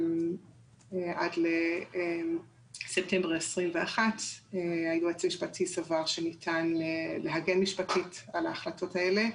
עד לספטמבר 2021. היועץ המשפטי סבר שניתן להגן משפטית על ההחלטות האלה,